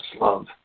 love